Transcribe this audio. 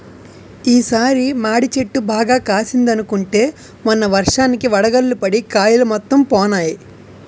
ఈ సారి మాడి చెట్టు బాగా కాసిందనుకుంటే మొన్న వర్షానికి వడగళ్ళు పడి కాయలు మొత్తం పోనాయి